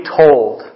told